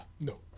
no